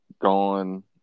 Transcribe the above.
gone